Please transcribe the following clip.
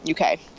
UK